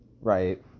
right